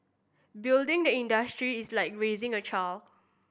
building the industry is like raising a child